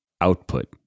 output